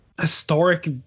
historic